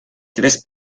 tres